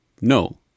No